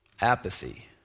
Apathy